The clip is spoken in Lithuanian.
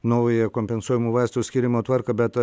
naują kompensuojamų vaistų skyrimo tvarką bet